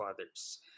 others